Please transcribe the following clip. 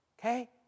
Okay